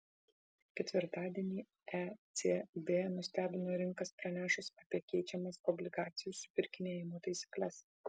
ketvirtadienį ecb nustebino rinkas pranešus apie keičiamas obligacijų supirkinėjimo taisykles